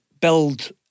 build